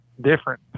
different